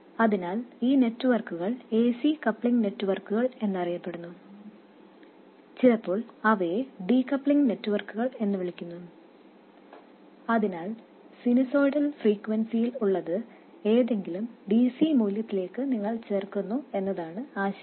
അതിനാൽ ഈ നെറ്റ്വർക്കുകൾ ac കപ്ലിംഗ് നെറ്റ്വർക്കുകൾ എന്നറിയപ്പെടുന്നു ചിലപ്പോൾ അവയെ ഡീകപ്ലിംഗ് നെറ്റ്വർക്കുകൾ എന്ന് വിളിക്കുന്നു അതിനാൽ സിനുസോയ്ഡൽ ഫ്രീക്വെൻസിയിൽ ഉള്ളത് ഏതെങ്കിലും dc മൂല്യത്തിലേക്ക് നിങ്ങൾ ചേർക്കുന്നു എന്നതാണ് ആശയം